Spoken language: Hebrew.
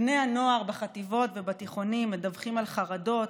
בני הנוער בחטיבות ובתיכונים מדווחים על חרדות,